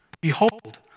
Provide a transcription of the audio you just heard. Behold